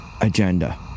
agenda